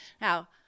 Now